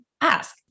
ask